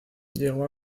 llegó